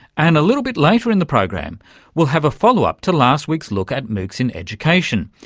and a little bit later in the program we'll have a follow-up to last week's look at moocs in education.